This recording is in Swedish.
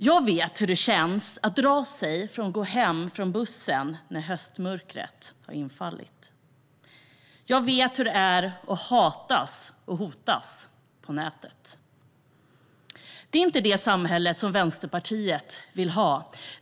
Jag vet hur det känns att dra sig för att gå hem från bussen när höstmörkret har fallit. Jag vet hur det är att hatas och hotas på nätet. Det är inte det samhälle Vänsterpartiet vill ha.